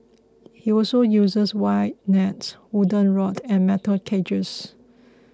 he also uses wide nets wooden rod and metal cages